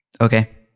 Okay